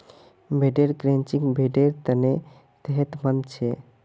भेड़ेर क्रचिंग भेड़ेर तने सेहतमंद छे